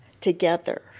together